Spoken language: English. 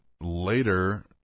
Later